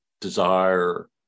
desire